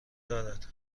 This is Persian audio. دارد